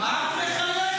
מה את מחייכת?